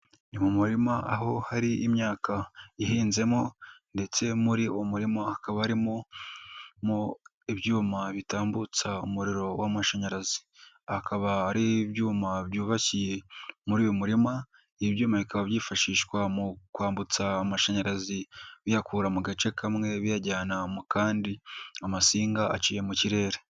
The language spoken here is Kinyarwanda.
Ni mu murima aho hari imyaka ihinzemo ndetse muri uwo murima hakaba harimo mo ibyuma bitambutsa umuriro w'amashanyarazi, bikaba ari ibyuma byubakiye muri uyu murima, ibi byuma bikaba byifashishwa mu kwambutsa amashanyarazi biyakura mu gace kamwe biyajyana mu kandi, amasinga aciye mu kirere.